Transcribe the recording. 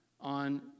on